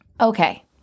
Okay